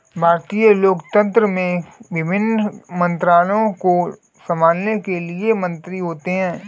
भारतीय लोकतंत्र में विभिन्न मंत्रालयों को संभालने के लिए मंत्री होते हैं